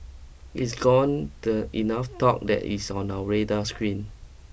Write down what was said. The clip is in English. it's gone the enough talk that it's on our radar screen